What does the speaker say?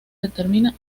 determina